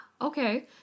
Okay